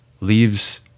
leaves